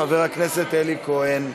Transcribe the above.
חבר הכנסת אלי כהן.